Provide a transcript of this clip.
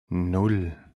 nan